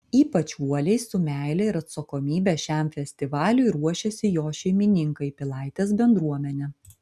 ypač uoliai su meile ir atsakomybe šiam festivaliui ruošiasi jo šeimininkai pilaitės bendruomenė